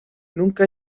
nunca